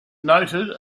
noted